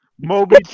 Moby